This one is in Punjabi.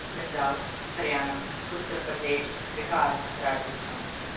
ਪੰਜਾਬ ਹਰਿਆਣਾ ਉੱਤਰ ਪ੍ਰਦੇਸ਼ ਬਿਹਾਰ ਰਾਜਸਥਾਨ